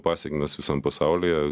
pasekmes visam pasaulyje